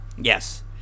Yes